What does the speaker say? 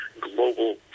global